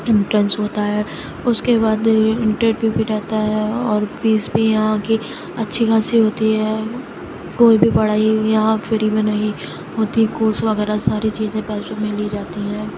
entrance ہوتا ہے اس کے بعد بھی انٹرویو بھی رہتا ہے اور فیس بھی یہاں کی اچھی خاصی ہوتی ہے کوئی بھی پڑھائی یہاں فری میں نہیں ہوتی کورس وغیرہ ساری چیزیں پیسوں میں لی جاتی ہیں